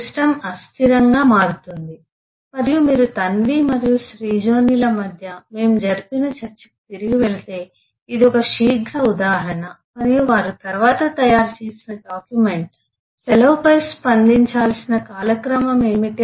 system అస్థిరంగా మారుతుంది మరియు మీరు తన్వి మరియు శ్రీజోనిల మధ్య మేము జరిపిన చర్చకు తిరిగి వెళితే ఇది ఒక శీఘ్ర ఉదాహరణ మరియు వారు తరువాత తయారు చేసిన డాక్యుమెంట్ 'సెలవుపై స్పందించాల్సిన కాలక్రమం ఏమిటి